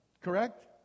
Correct